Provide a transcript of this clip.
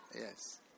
Yes